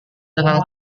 dengan